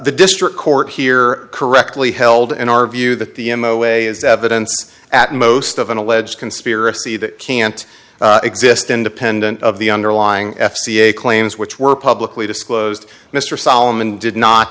the district court here correctly held in our view that the in the way is evidence at most of an alleged conspiracy that can't exist independent of the underlying f c a claims which were publicly disclosed mr solomon did not